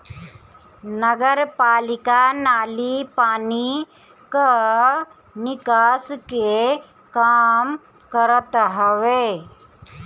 नगरपालिका नाली पानी कअ निकास के काम करत हवे